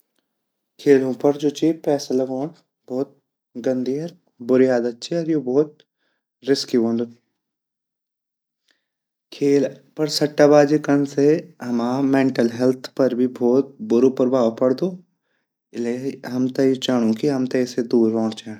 खेलु पर जु ची पैसा लगोण्ड भोत गन्दी अर बुरी आदत ची अर यु भोत रिस्की वोन्दु खेल पर सट्टाबाजी कन से हमा मेन्टल हेल्थ पर भी भोत बुरु पभाव पड़दु इले हमते यु चैंडू कि हमते यैसे दूर रोंड़ चैन।